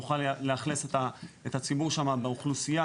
נוכל לאכלס את הציבור שם באוכלוסייה